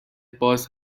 باز